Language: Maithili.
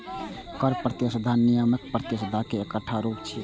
कर प्रतिस्पर्धा नियामक प्रतिस्पर्धा के एकटा रूप छियै